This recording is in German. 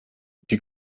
die